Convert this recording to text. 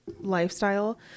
lifestyle